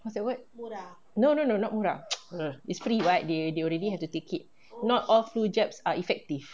what's that word no no no not murah it's free [what] they they already have to take it not all flu jabs are effective